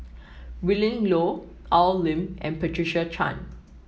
Willin Low Al Lim and Patricia Chan